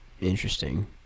interesting